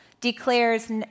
declares